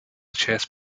chase